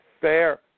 fair